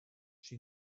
she